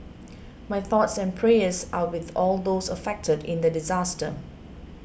my thoughts and prayers are with all those affected in the disaster